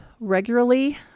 regularly